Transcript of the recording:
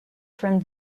from